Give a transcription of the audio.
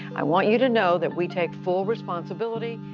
i want you to know that we take full responsibility